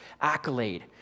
accolade